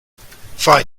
fine